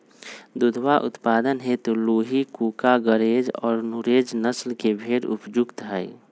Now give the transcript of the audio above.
दुधवा उत्पादन हेतु लूही, कूका, गरेज और नुरेज नस्ल के भेंड़ उपयुक्त हई